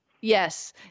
Yes